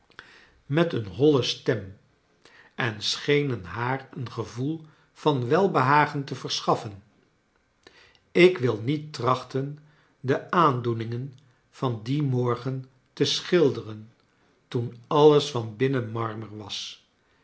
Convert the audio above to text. met eene nolle stem en schenen haar een gevoel van welbehagen te versohaffen ik wil niet trachten de aandoeningen van dien morgen te schilderen toen alles van binnen marmer was